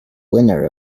winner